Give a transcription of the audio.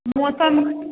मौसम